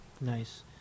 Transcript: Nice